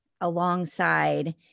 alongside